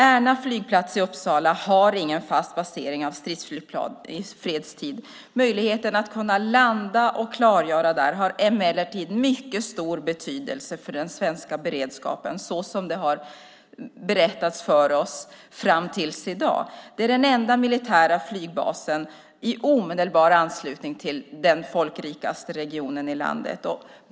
Ärna flygplats i Uppsala har ingen fast basering av stridsflygplan i fredstid. Möjligheten att landa och klargöra där har emellertid mycket stor betydelse för den svenska beredskapen, så som det har berättats för oss fram tills i dag. Det är den enda militära flygbasen i omedelbar anslutning till den folkrikaste regionen i landet.